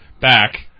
back